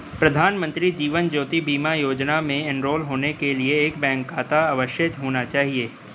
प्रधानमंत्री जीवन ज्योति बीमा योजना में एनरोल होने के लिए एक बैंक खाता अवश्य होना चाहिए